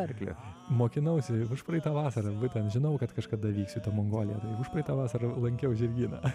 arklio mokinausi užpraeitą vasarą bet ten žinau kad kažkada vyksiu į tą mongoliją užpraeitą vasarą lankiau žirgyną